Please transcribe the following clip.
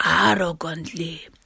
arrogantly